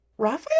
Raphael